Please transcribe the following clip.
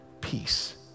peace